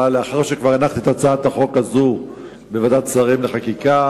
הוגשה לאחר שכבר הנחתי את הצעת החוק הזאת בוועדת שרים לחקיקה,